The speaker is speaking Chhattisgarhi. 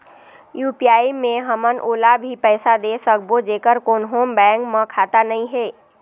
यू.पी.आई मे हमन ओला भी पैसा दे सकबो जेकर कोन्हो बैंक म खाता नई हे?